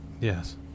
Yes